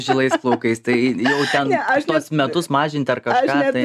žilais plaukais tai jau ten tuos metus mažint ar kažką tai